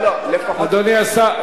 אדוני השר.